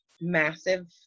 massive